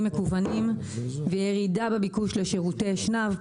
מקוונים וירידה בביקוש לשירותי אשנב.